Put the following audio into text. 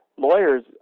lawyers